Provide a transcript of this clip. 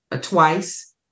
twice